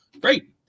Great